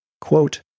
Quote